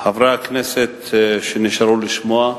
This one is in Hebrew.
חברי הכנסת שנשארו לשמוע,